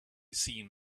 seen